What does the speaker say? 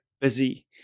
busy